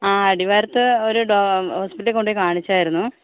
ആ അടിവാരത്ത് ഒരു ഡോക് ഹോസ്പിറ്റലിൽ കൊണ്ടുപോയി കാണിച്ചായിരുന്നു